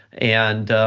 and